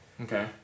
Okay